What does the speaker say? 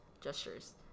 gestures